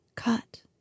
Cut